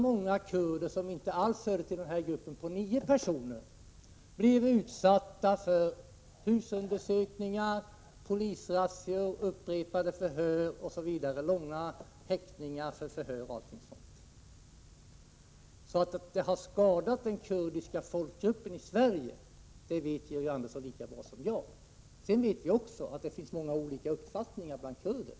Många kurder som inte alls hörde till gruppen av nio personer blev utsatta för husundersökningar, polisrazzior, upprepade förhör, långa häktningar för förhör och annat sådant. Att detta har skadat den kurdiska folkgruppen i Sverige, det vet Georg Andersson lika bra som jag. Sedan vet vi också att det finns många olika uppfattningar bland kurder.